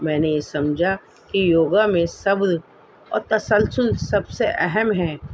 میں نے یہ سمجھا کہ یوگا میں صبر اور تسلسل سب سے اہم ہیں